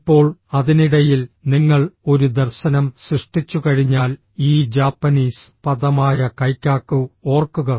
ഇപ്പോൾ അതിനിടയിൽ നിങ്ങൾ ഒരു ദർശനം സൃഷ്ടിച്ചുകഴിഞ്ഞാൽ ഈ ജാപ്പനീസ് പദമായ കൈക്കാക്കു ഓർക്കുക